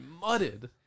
mudded